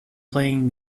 playing